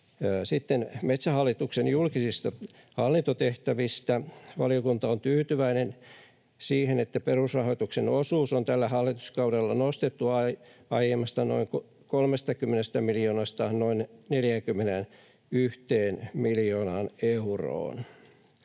Sitten Metsähallituksen julkisista hallintotehtävistä: Valiokunta on tyytyväinen siihen, että perusrahoituksen osuus on tällä hallituskaudella nostettu aiemmasta noin 30 miljoonasta noin 41 miljoonaan euroon.